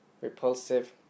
repulsive